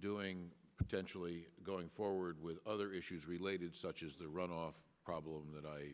doing potentially going forward with other issues related such as the runoff problem that i